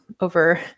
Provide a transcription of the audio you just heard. over